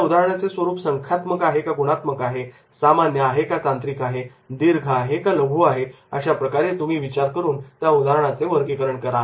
त्या उदाहरणाचे स्वरूप संख्यात्मक आहे का गुणात्मक आहे सामान्य आहे का तांत्रिक आहे दीर्घ आहे का लहू आहे अशाप्रकारे तुम्ही विचार करून त्या उदाहरणाचे वर्गीकरण करा